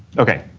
okay.